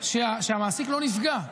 שהמעסיק לא נפגע.